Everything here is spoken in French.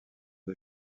des